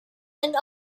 and